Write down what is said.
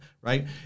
right